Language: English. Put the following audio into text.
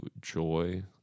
joy